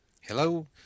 Hello